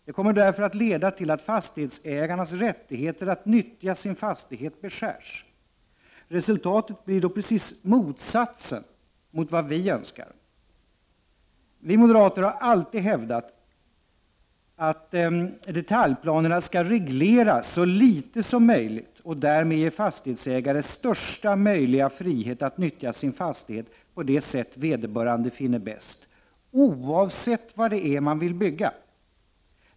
Det kommer därför att leda till att fastighetsägarens rättigheter att nyttja sin fastighet beskärs. Resultatet blir då precis motsatsen till vad vi önskar. Vi moderater har alltid hävdat att detaljplanerna skall reglera så litet som möjligt, och därmed ge fastighetsägare största möjliga frihet att nyttja sin fastighet på det sätt vederbörande finner bäst — oavsett vad det är man vill bygga.